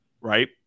right